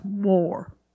more